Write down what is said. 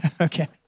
Okay